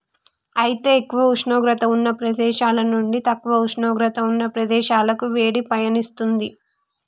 అయితే ఎక్కువ ఉష్ణోగ్రత ఉన్న ప్రదేశాల నుండి తక్కువ ఉష్ణోగ్రత ఉన్న ప్రదేశాలకి వేడి పయనిస్తుంది